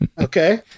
Okay